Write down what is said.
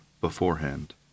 beforehand